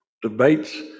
debates